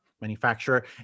manufacturer